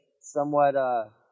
somewhat –